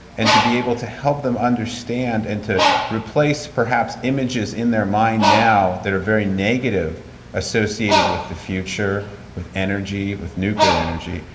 and to be able to help them understand and to replace, perhaps, images in their mind now that are very negative associated with the future, with energy, with nuclear energy,